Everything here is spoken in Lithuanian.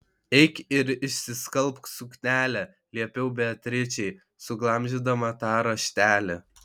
eik ir išsiskalbk suknelę liepiau beatričei suglamžydama tą raštelį